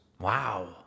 Wow